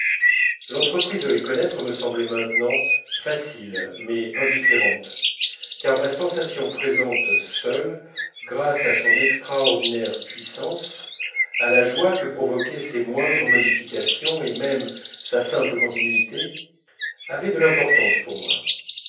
de les connaître me semblait maintenant facile mais indifférente car ma sensation présente seule grâce à son extraordinaire puissance à la joie que provoquaient ses moindres modifications et même sa simple continuité avait de l'importance pour moi